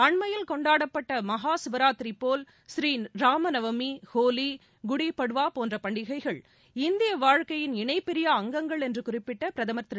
அண்மையில் கொண்டாடப்பட்ட மஹாசிவராத்திரி போல் ஸ்ரீராமநவமி ஹோலி குட்பட்வா போன்ற பண்டிகைகள் இந்திய வாழ்க்கையின் இணைபிரியா அங்கங்கள் என்று குறிப்பிட்ட பிரதமர் திரு